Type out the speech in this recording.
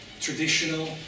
traditional